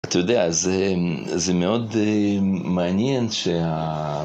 אתה יודע, זה, זה מאוד מעניין שה...